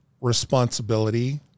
responsibility